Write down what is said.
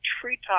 treetop